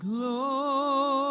Glory